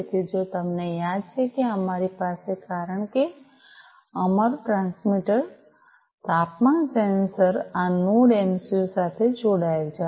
તેથી જો તમને યાદ છે કે આ અમારી પાસે છે કારણ કે અમારું ટ્રાન્સમીટર તાપમાન સેન્સર આ નોડ એમસિયું સાથે જોડાયેલ છે